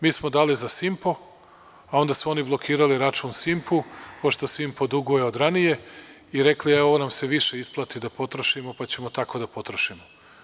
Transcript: Mi smo dali za „Simpo“, a onda su oni blokirali račun „Simpu“, pošto „Simpo“ duguje od ranije i rekli – e, ovo nam se više isplati da potrošimo, pa ćemo tako da potrošimo.